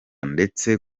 ndetse